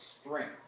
strength